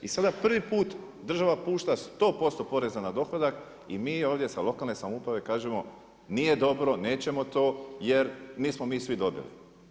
I sada prvi put država pušta 100% poreza na dohodak i mi ovdje sa lokalne samouprave kažemo nije dobro, nećemo to jer nismo mi svi dobili.